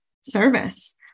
service